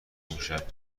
اونشب